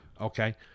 okay